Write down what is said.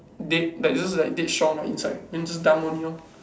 dead that's just like dead strong inside then just dunk one lor